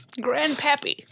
Grandpappy